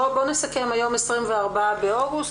בוא נסכם היום ה-24 באוגוסט.